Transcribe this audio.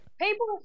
People